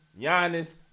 Giannis